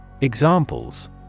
Examples